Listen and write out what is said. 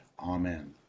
Amen